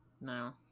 No